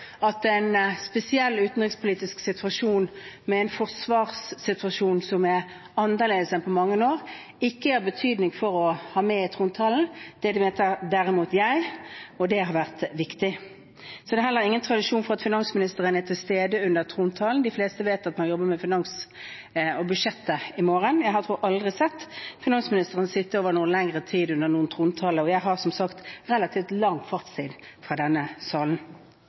at en spesiell utenrikspolitisk situasjon med en forsvarssituasjon som er annerledes enn på mange år, ikke er av betydning å ha med i trontalen. Det mente derimot jeg, og det har vært viktig. Det er heller ikke noen tradisjon for at finansministeren er til stede under trontaledebatten. De fleste vet at man jobber med finanstalen og budsjettet til i morgen. Jeg tror aldri jeg har sett finansministeren sitte her over lengre tid under noen trontaledebatt. Jeg har som sagt relativt lang fartstid fra denne salen.